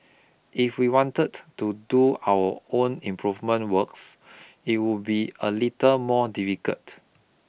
if we wanted to do our own improvement works it would be a little more difficult